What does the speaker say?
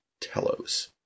telos